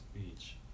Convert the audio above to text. beach